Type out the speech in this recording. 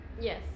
Yes